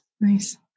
Nice